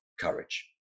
courage